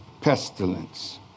pestilence